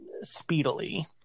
speedily